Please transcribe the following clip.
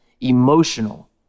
emotional